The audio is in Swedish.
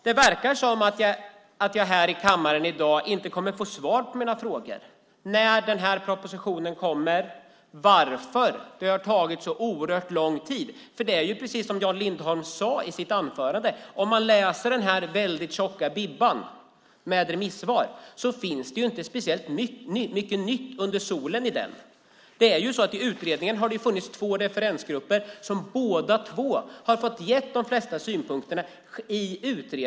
Det verkar som om jag i dag inte kommer att få svar på mina frågor beträffande när propositionen kommer och varför det tar så lång tid. Om man läser den tjocka bibban med remissvar finns det, som Jan Lindholm sade i sitt anförande, inte mycket nytt i den. I utredningen har funnits två referensgrupper som fått ge de flesta synpunkterna.